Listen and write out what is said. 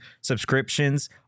subscriptions